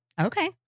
Okay